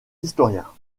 historiens